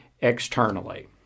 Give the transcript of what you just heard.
externally